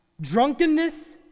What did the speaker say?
drunkenness